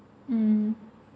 mm